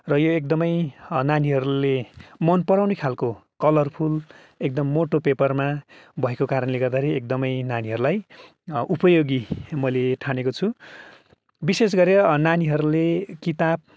र यो एकदमै नानीहरूले मनपराउने खाल्को कलरफुल एकदम मोटो पेपरमा भएको कारणले गर्दाखेरि एकदमै नानीहरूलाई उपयोगी मैले ठानेको छु विशेष गरेर नानीहरूले किताब